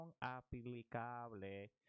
aplicable